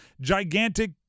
gigantic